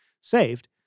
saved